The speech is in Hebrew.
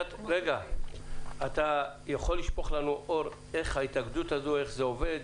אתה יכול לשפוך אור איך זה עובד?